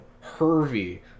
Hervey